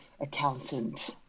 accountant